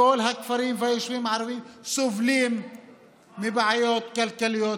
כל הכפרים והיישובים הערביים סובלים מבעיות כלכליות.